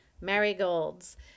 Marigolds